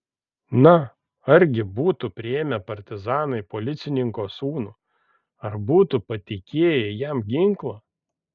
na argi būtų priėmę partizanai policininko sūnų ar būtų patikėję jam ginklą